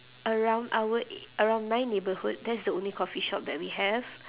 around our e~ around my neighbourhood that is the only coffee shop that we have